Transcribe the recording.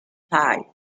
five